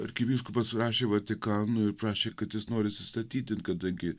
arkivyskupas rašė vatikanui ir prašė kad jis nori atsistatydint kadangi